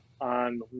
on